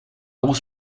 was